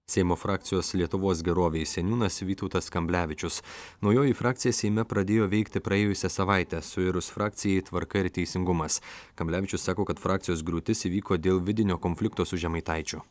seimo frakcijos lietuvos gerovei seniūnas vytautas kamblevičius naujoji frakcija seime pradėjo veikti praėjusią savaitę suirus frakcijai tvarka ir teisingumas kamblevičius sako kad frakcijos griūtis įvyko dėl vidinio konflikto su žemaitaičiu